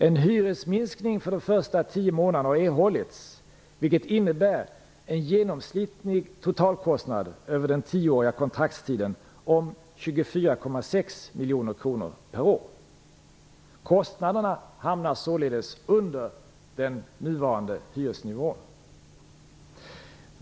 En hyresminskning för de första tio månaderna har erhållits, vilket innebär en genomsnittlig totalkostnad över den tioåriga kontraktstiden om 24,6 miljoner kronor per år. Kostnaderna hamnar således under den nuvarande hyresnivån.